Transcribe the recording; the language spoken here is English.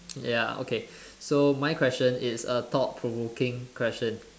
ya okay so my question it's a thought provoking question